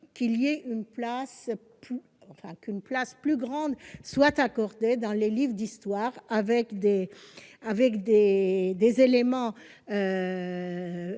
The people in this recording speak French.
qu'une place plus grande soit accordée dans les livres d'histoire aux recherches